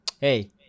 Hey